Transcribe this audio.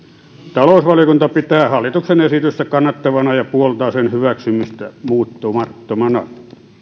talousvaliokunta pitää hallituksen esitystä kannattavana ja puoltaa sen hyväksymistä muuttamattomana